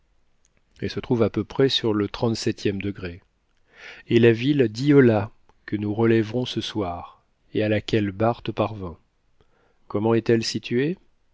elle se trouve à peu près sur le trente-septième degré et la ville d'yola que nous relèverons ce soir et à laquelle barth parvint comment est-elle située